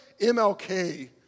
MLK